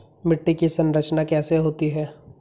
मिट्टी की संरचना कैसे होती है?